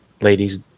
ladies